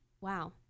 wow